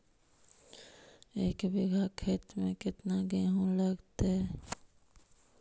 एक बिघा खेत में केतना गेहूं लगतै?